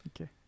Okay